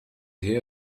here